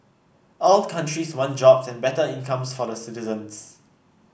all countries want jobs and better incomes for the citizens